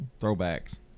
throwbacks